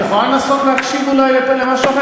את יכולה לנסות להקשיב אולי למשהו אחר,